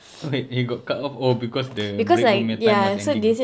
wait he got cut off oh because the break up room punya time was ending